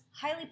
highly